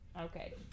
okay